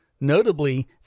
Notably